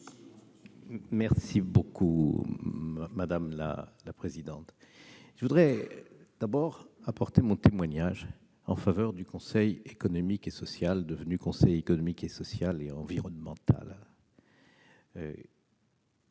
M. le président de la commission. Je voudrais d'abord apporter mon témoignage en faveur du Conseil économique et social devenu Conseil économique, social et environnemental.